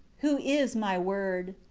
who is my word.